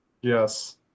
Yes